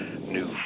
new